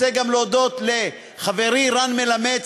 רוצה גם להודות לחברי רן מלמד,